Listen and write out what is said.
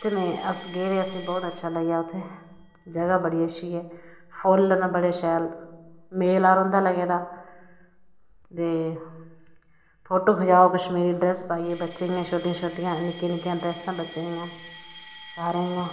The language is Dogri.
उत्थें अस गेदे हे ते असेंगी बौह्त अट्ठा लग्गेआ उत्थें जगाह् बड़ी अच्छी ऐ फुल्ल न बड़े अच्छे मेला रौंह्दा लग्गे दा ते फोटो खचाई कश्मीरी डॅैस पाइयै बच्चे इयां छोटे शोटे छोटियां छोटियां डॅैसां बच्चें दियां सारें दियां